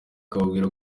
ababwira